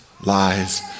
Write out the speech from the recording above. lies